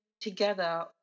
together